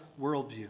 worldview